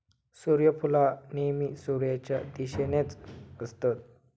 सुर्यफुला नेहमी सुर्याच्या दिशेनेच असतत